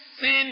sin